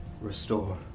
restore